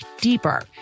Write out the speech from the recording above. deeper